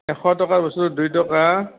এশ টকাৰ বস্তুটোত দুই টকা